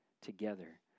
together